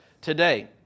today